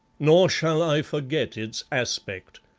nor shall i forget its aspect.